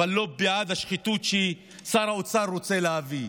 אבל לא בעד השחיתות ששר האוצר רוצה להביא.